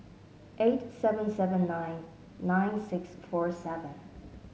eight seven seven nine nine six four seven